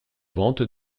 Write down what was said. vente